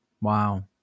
Wow